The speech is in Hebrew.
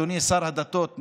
אדוני שר הדתות,